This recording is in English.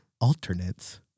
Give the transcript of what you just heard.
Alternates